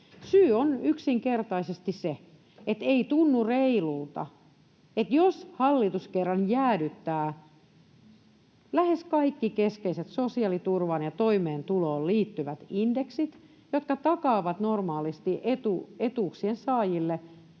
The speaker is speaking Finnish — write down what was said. Syy on yksinkertaisesti se, että ei tunnu reilulta. Jos hallitus kerran jäädyttää lähes kaikki keskeiset sosiaaliturvaan ja toimeentuloon liittyvät indeksit, jotka takaavat normaalisti etuuksien saajille